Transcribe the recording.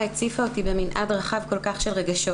הציפה אותי במנעד רחב כל כך של רגשות